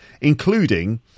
including